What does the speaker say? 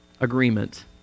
agreement